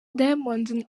diamond